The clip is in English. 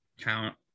count